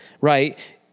right